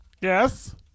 yes